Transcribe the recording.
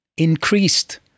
increased